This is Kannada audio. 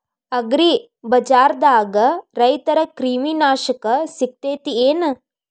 ಅಗ್ರಿಬಜಾರ್ದಾಗ ರೈತರ ಕ್ರಿಮಿ ನಾಶಕ ಸಿಗತೇತಿ ಏನ್?